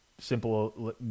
simple